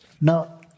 Now